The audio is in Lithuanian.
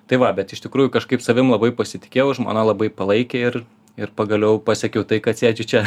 tai va bet iš tikrųjų kažkaip savim labai pasitikėjau žmona labai palaikė ir ir pagaliau pasiekiau tai kad sėdžiu čia